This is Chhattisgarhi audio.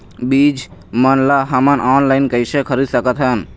बीज मन ला हमन ऑनलाइन कइसे खरीद सकथन?